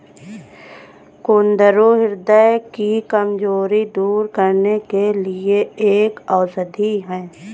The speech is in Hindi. कुंदरू ह्रदय की कमजोरी दूर करने के लिए एक औषधि है